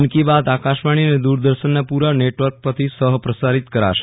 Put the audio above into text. મન કી બાત આકાશવાણી અને દુરદર્શનના પુરા નેટવર્ક પરથી સહ પ્રસારિત કરાશે